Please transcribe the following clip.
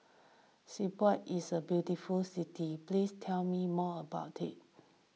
Skopje is a beautiful city please tell me more about it